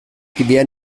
gewehr